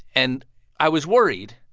and i was worried,